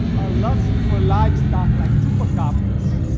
a lust for livestock like chupacabras,